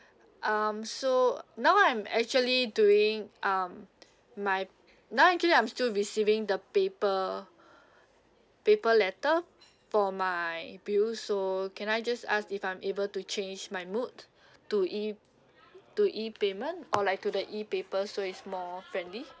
um so now I'm actually doing um my now actually I'm still receiving the paper paper letter for my bill so can I just ask if I'm able to change my mode to E to E payment or like to the E paper so it's more friendly